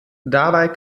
dabei